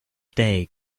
day